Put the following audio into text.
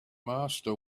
master